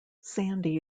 sandy